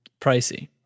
pricey